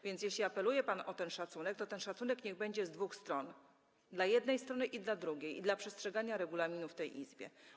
Więc jeśli apeluje pan o ten szacunek, to ten szacunek niech będzie z dwóch stron: dla jednej strony i dla drugiej strony, i dla przestrzegania regulaminu w tej Izbie.